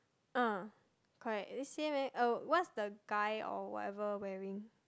uh correct eh same eh what's the guy or whatever wearing